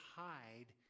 hide